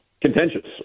Contentious